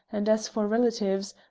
and as for relatives,